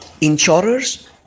insurers